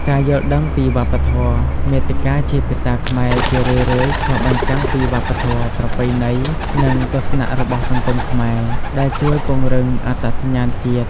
ការយល់ដឹងពីវប្បធម៌ មាតិកាជាភាសាខ្មែរជារឿយៗឆ្លុះបញ្ចាំងពីវប្បធម៌ ប្រពៃណី និងទស្សនៈរបស់សង្គមខ្មែរ ដែលជួយពង្រឹងអត្តសញ្ញាណជាតិ។